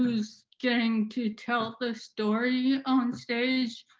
who's getting to tell the story on stage,